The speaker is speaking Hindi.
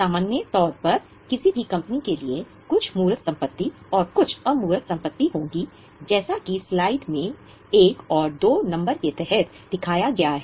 सामान्य तौर पर किसी भी कंपनी के लिए कुछ मूर्त संपत्ति और कुछ अमूर्त संपत्ति होंगी जैसा कि स्लाइड में i और ii के तहत दिखाया गया है